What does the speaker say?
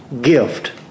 Gift